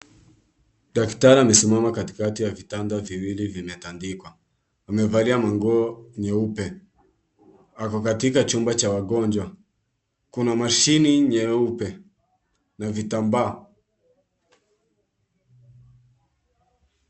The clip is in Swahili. Daktari amesimama katikati ya vitanda viwili vimetandikwa, amevalia manguo nyeupe, ako katika chumba cha wagonjwa, kuna mashini nyeupe na vitambaa.